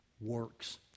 works